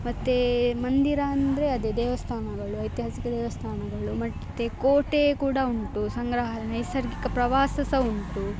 ಮತ್ತು ಮಂದಿರ ಅಂದರೆ ಅದೇ ದೇವಸ್ಥಾನಗಳು ಐತಿಹಾಸಿಕ ದೇವಸ್ಥಾನಗಳು ಮತ್ತು ಕೋಟೆ ಕೂಡ ಉಂಟು ಸಂಗ್ರಹಾಲಯ ನೈಸರ್ಗಿಕ ಪ್ರವಾಸ ಸಹ ಉಂಟು